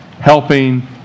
helping